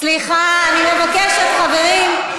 זו המהות של הרשות המחוקקת, לפקח.